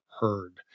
heard